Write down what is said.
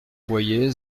boyer